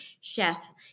Chef